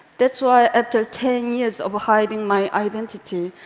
that's why, after ten years of hiding my identity,